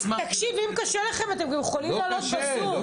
תקשיב, אם קשה לכם אתם יכולים גם לעלות בזום.